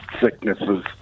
sicknesses